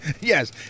Yes